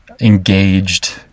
engaged